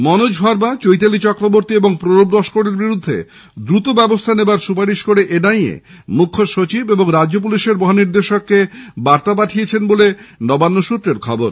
মনোজ ভার্মা চৈতালি চক্রবর্তী এবং প্রণব নস্করের বিরুদ্ধে দ্রুত ব্যবস্থা নেওয়ার সুপারিশ করে এনআইএ মুখ্য সচিব এবং রাজ্য পুলিশের মহানির্দেশককে বার্তা পাঠিয়েছেন বলে নবান্ন সূত্রে খবর